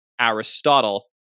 Aristotle